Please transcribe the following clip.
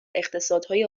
اقتصادهای